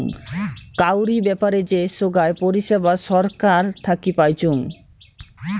কাউরি ব্যাপারে যে সোগায় পরিষেবা ছরকার থাকি পাইচুঙ